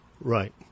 Right